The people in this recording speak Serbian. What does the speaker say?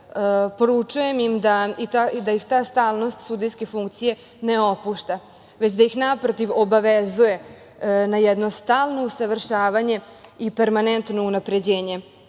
Poručujem im da ih ta stalnost sudijske funkcije ne opušta, već da ih naprotiv obavezuje na jedno stalno usavršavanje i permanentno unapređenje